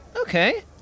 Okay